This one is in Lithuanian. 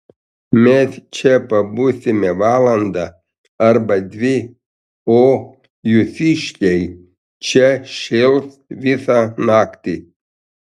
mes čia pabūsime valandą arba dvi o jūsiškiai čia šėls visą naktį